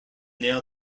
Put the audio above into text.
nail